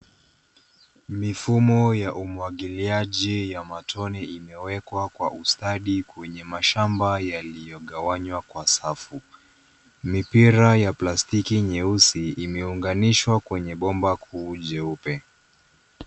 Mifumo ya umwagiliaji ya matone imewekwa kwa ustadi kwenye mashamba yaliyogawanywa kwa safu. Mipira ya plastiki nyeusi imeunganishwa kwenye bomba kuu jeupe.